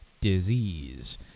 disease